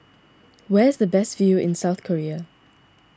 where is the best view in South Korea